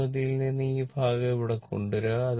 സമമിതിയിൽ നിന്ന് ഈ ഭാഗം ഇവിടെ കൊണ്ടുവരിക